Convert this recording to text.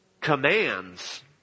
commands